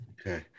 okay